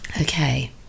Okay